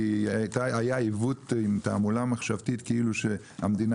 כי היה עיוות עם תעמולה מחשבתית כאילו המדינה